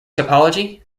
topology